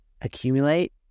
accumulate